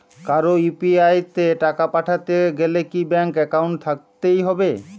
কারো ইউ.পি.আই তে টাকা পাঠাতে গেলে কি ব্যাংক একাউন্ট থাকতেই হবে?